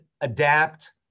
adapt